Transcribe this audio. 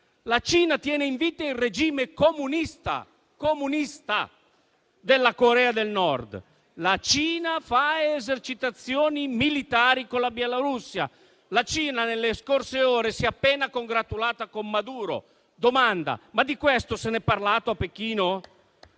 La Cina tiene in vita il regime comunista della Corea del Nord. La Cina fa esercitazioni militari con la Bielorussia. La Cina, nelle scorse ore, si è appena congratulata con Maduro. Domanda: di questo se n'è parlato a Pechino?